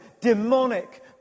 demonic